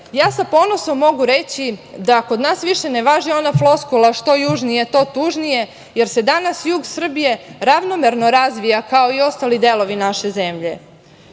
ja sa ponosom mogu reći da kod nas više ne važi ona floskula – što južnije, to tužnije, jer se danas jug Srbije ravnomerno razvija kao i ostali delovi naše zemlje. Na